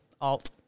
Alt